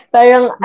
Parang